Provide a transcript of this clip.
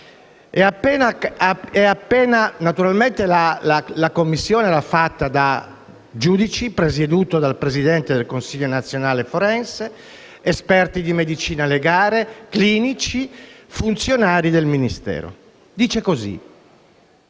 Naturalmente, la Commissione era composta da giudici presieduti dal presidente del consiglio nazionale forense, esperti di medicina legale, clinici e funzionari del Ministero. Nella